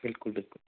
ਬਿਲਕੁਲ ਬਿਲਕੁਲ